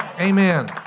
Amen